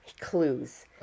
clues